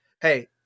Hey